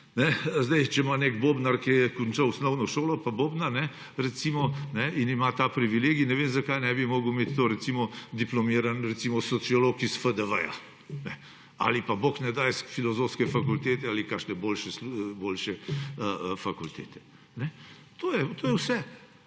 koncev, če ima nek bobnar, ki je končal osnovno šolo pa bobna, ta privilegij, ne vem, zakaj ne bi mogel imeti tega recimo diplomirani sociolog s FDV ali pa bog ne daj s Filozofske fakultete ali kakšne boljše fakultete. To je vse.